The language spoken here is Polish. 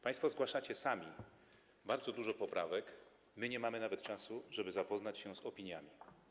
Państwo zgłaszacie sami bardzo dużo poprawek, my nie mamy nawet czasu, żeby zapoznać się z opiniami.